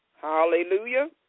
Hallelujah